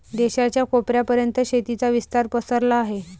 देशाच्या कोपऱ्या पर्यंत शेतीचा विस्तार पसरला आहे